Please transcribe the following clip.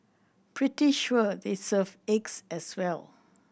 pretty sure they serve eggs as well